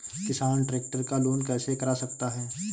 किसान ट्रैक्टर का लोन कैसे करा सकता है?